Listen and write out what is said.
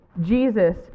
Jesus